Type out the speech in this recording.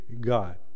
God